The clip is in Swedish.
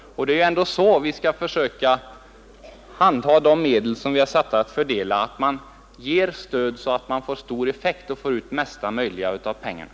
Det är ändå så vi skall försöka handha de medel vi är satta att fördela — så att man får ut mesta möjliga av pengarna.